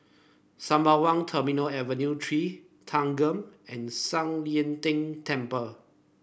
Sembawang Terminal Avenue Three Thanggam and San Yin Ding Temple